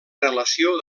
relació